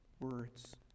words